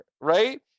right